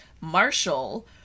Marshall